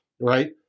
right